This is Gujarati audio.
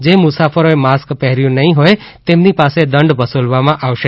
જે મુસાફરોએ માસ્ક પહેર્યુ નહીં હોય તેમની પાસે દંડ વસૂલવામાં આવશે